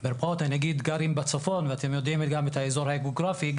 נגיד גרים בצפון ואתם יודעים גם את האזור הגיאוגרפי,